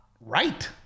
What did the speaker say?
right